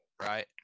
right